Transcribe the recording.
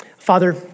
Father